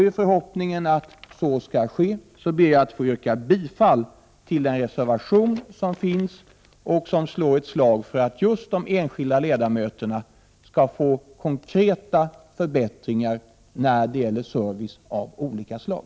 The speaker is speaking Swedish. I förhoppning om en sådan förbättring ber jag att få yrka bifall till den reservation som avgivits, där vi slår ett slag för att just de enskilda ledamöterna skall få konkreta förbättringar när det gäller service av olika slag.